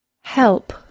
Help